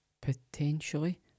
Potentially